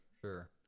sure